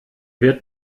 wird